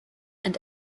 and